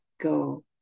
go